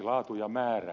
laatu ja määrä